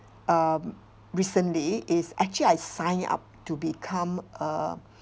um recently is actually I sign up to become a